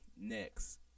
next